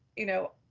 you know,